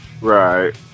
right